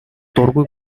дургүй